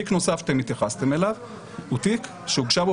תיק נוסף שהתייחסתם אליו הוא תיק שהוגשה בו